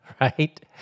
right